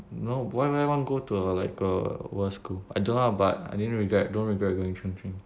no why would I want go to a like a worse school I don't know lah but I didn't regret don't regret going chung cheng